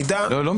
לא, לא.